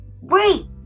Wait